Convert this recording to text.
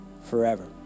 forever